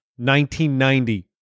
1990